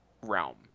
realm